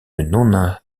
non